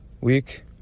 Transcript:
week